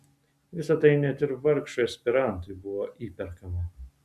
visa tai net ir vargšui aspirantui buvo įperkama